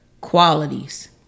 qualities